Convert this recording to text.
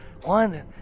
one